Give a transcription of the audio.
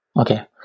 okay